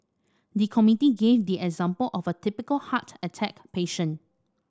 the committee gave the example of a typical heart attack patient